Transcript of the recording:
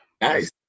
nice